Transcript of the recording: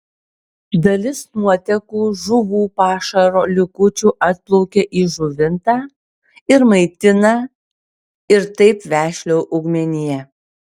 dalis nuotekų žuvų pašaro likučių atplaukia į žuvintą ir maitina ir taip vešlią augmeniją